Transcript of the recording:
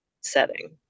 setting